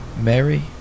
Mary